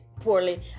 poorly